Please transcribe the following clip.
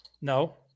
no